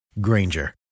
Granger